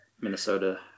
Minnesota –